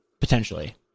potentially